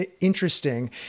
interesting